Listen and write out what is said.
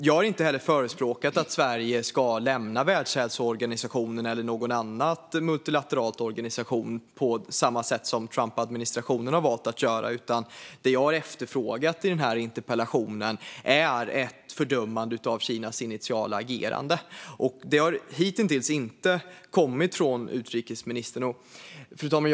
Jag har inte heller förespråkat att Sverige ska lämna Världshälsoorganisationen eller någon annan multilateral organisation på samma sätt som Trumpadministrationen har valt att göra. Det jag har efterfrågat i interpellationen är ett fördömande av Kinas initiala agerande. Det har hitintills inte kommit något sådant från utrikesministern. Fru talman!